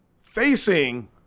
facing